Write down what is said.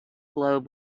globe